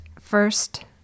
first